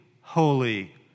holy